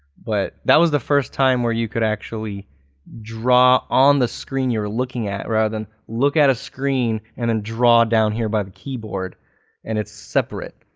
but that was the first time where you could actually draw on the screen you're looking at rather than look at a screen and then and draw down here by the keyboard and it's separate.